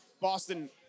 Boston